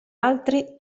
altri